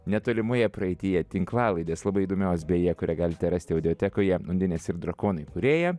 netolimoje praeityje tinklalaidės labai įdomios beje kurią galite rasti audiotekoje undinės ir drakonai kūrėja